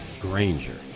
granger